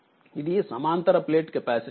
ఇది సమాంతర plate capacitor